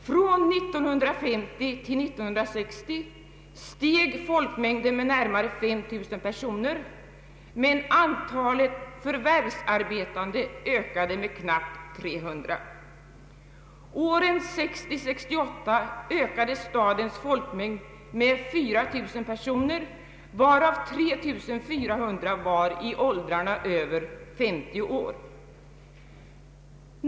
Från 1950 till 1960 steg folkmängden med närmare 5 000 personer, men antalet förvärvsarbetande ökade med knappt 300. åren 1960—1968 ökade stadens folkmängd med ungefär 4000 personer, varav 3 400 var i åldrarna över 50 år.